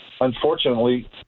unfortunately